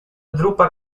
drupa